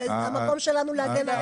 וזה המקום שלנו להגן עליהם.